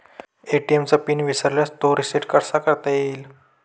ATM चा PIN विसरल्यास तो रिसेट कसा करता येईल?